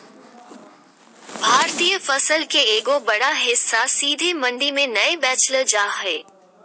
भारतीय फसल के एगो बड़ा हिस्सा सीधे मंडी में नय बेचल जा हय